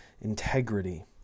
integrity